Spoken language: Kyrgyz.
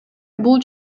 бул